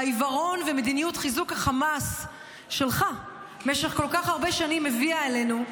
שהעיוורון ומדיניות חיזוק החמאס שלך במשך כל כך הרבה שנים הביאה אלינו,